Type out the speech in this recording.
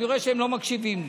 אני רואה שהם לא מקשיבים לי.